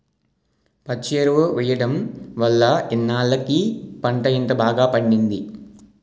పచ్చి ఎరువు ఎయ్యడం వల్లే ఇన్నాల్లకి పంట ఇంత బాగా పండింది